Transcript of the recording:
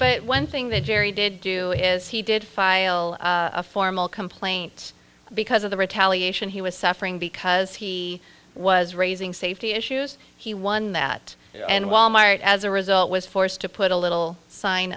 but one thing that jerry did do is he did file a formal complaint because of the retaliation he was suffering because he was raising safety issues he won that and wal mart as a result was forced to put a little sign